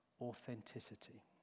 authenticity